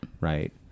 Right